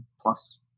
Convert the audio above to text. plus